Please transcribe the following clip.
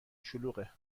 شلوغه